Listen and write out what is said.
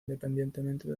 independientemente